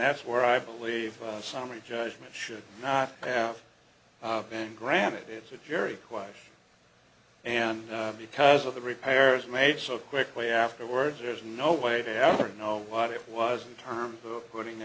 that's where i believe summary judgment should not have been granted it's a very wise and because of the repairs made so quickly afterwards there's no way to ever know what it was in terms of putting a